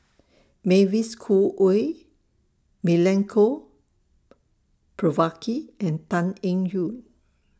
Mavis Khoo Oei Milenko Prvacki and Tan Eng Yoon